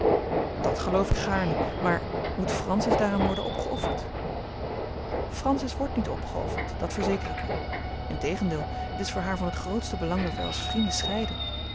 dat geloof ik gaarne maar moet francis daaraan worden opgeofferd francis wordt niet opgeofferd dat verzeker ik u integendeel het is voor haar van het grootste belang dat wij als vrienden scheiden